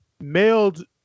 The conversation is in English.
mailed